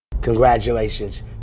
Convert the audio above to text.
Congratulations